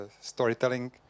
storytelling